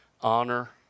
Honor